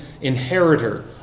inheritor